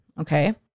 Okay